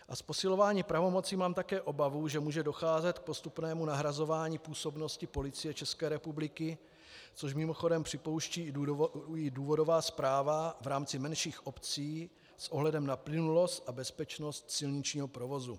A z posilování pravomocí mám také obavu, že může docházet k postupnému nahrazování působnosti Policie České republiky, což mimochodem připouští i důvodová zpráva v rámci menších obcí s ohledem na plynulost a bezpečnost silničního provozu.